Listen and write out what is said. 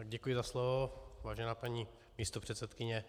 Děkuji za slovo, vážená paní místopředsedkyně.